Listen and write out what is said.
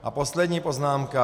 A poslední poznámka.